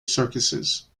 circuses